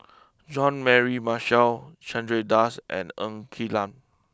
Jean Mary Marshall Chandra Das and Ng Quee Lam